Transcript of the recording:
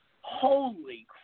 Holy